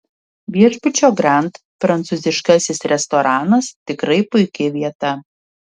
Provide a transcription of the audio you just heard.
viešbučio grand prancūziškasis restoranas tikrai puiki vieta